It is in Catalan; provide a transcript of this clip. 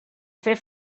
fer